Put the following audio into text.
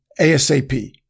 ASAP